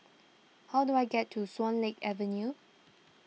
how do I get to Swan Lake Avenue